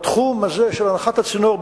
בתחום הזה של הנחת הצינור,